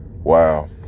Wow